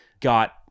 got